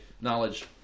knowledge